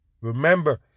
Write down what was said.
Remember